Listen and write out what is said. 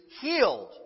healed